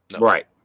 Right